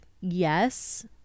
yes